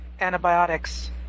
antibiotics